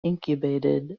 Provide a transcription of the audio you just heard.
incubated